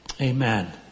Amen